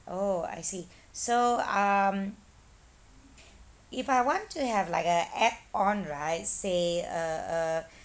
oh I see so um if I want to have like a add on right say uh uh